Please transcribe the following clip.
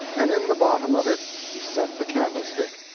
and in the bottom of it he set the candlestick.